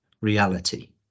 reality